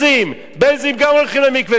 בעלזים גם הולכים למקווה כל בוקר.